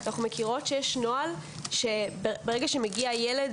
אנחנו מכירות שיש נוהל שברגע שמגיע ילד